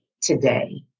today